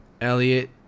Elliot